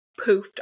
poofed